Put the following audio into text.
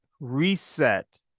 Reset